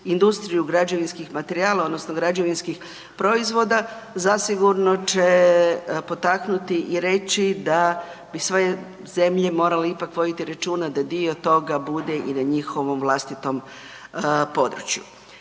industriju građevinskih materijala odnosno građevinskih proizvoda zasigurno će potaknuti i reći da bi sve zemlje morale ipak voditi računa da dio toga bude i na njihovom vlastitom području.